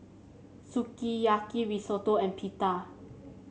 Sukiyaki Risotto and Pita